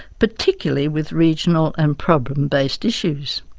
particularly with regional and problem based issues.